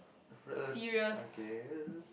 rela~ I guess